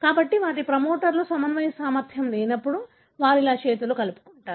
కాబట్టి వారికి మోటార్ సమన్వయ సామర్థ్యం లేనప్పుడు వారు ఇలా చేతులు కలుపుతారు